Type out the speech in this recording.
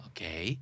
Okay